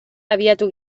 abiatu